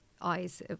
eyes